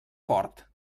fort